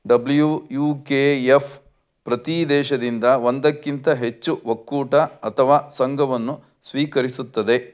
W U K F ಪ್ರತಿ ದೇಶದಿಂದ ಒಂದಕ್ಕಿಂತ ಹೆಚ್ಚು ಒಕ್ಕೂಟ ಅಥವಾ ಸಂಘವನ್ನು ಸ್ವೀಕರಿಸುತ್ತದೆ